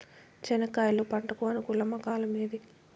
చెనక్కాయలు పంట కు అనుకూలమా కాలం ఏది?